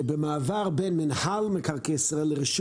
במעבר בין מינהל מקרקעי ישראל לרשות